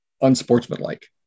unsportsmanlike